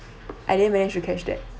I didn't manage to catch that